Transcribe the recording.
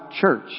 church